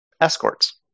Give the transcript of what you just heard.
escorts